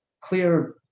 clear